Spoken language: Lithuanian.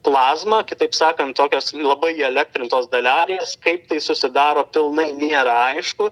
plazma kitaip sakant tokios labai įelektrintos dalelės kaip tai susidaro pilnai nėra aišku